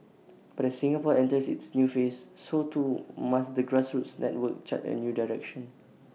but as Singapore enters its new phase so too must the grassroots network chart A new direction